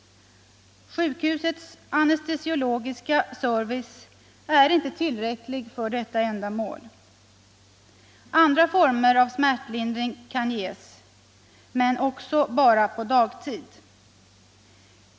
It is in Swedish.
Sjukhusets anestesiologiska service är inte heller tillräcklig för detta ändamål. Andra former av smärtlindring kan ges men också bara de på dagtid.